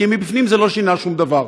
כי מבפנים זה לא שינה שום דבר.